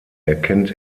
erkennt